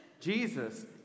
Jesus